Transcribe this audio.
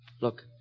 Look